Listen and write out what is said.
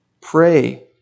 Pray